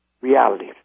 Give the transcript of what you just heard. reality